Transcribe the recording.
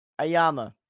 Ayama